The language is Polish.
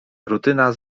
rutyna